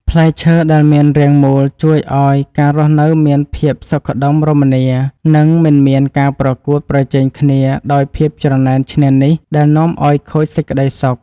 ផ្លែឈើដែលមានរាងមូលជួយឱ្យការរស់នៅមានភាពសុខដុមរមនា និង មិនមានការប្រកួតប្រជែងគ្នាដោយភាពច្រណែនឈ្នានីសដែលនាំឱ្យខូចសេចក្តីសុខ។